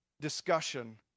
discussion